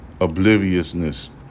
obliviousness